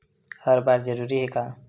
हर बार जरूरी हे का?